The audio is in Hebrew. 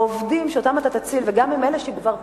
העובדים שאותם אתה תציל, וגם אלה שכבר פוטרו,